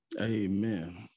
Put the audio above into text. amen